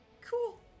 Cool